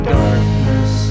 darkness